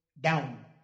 down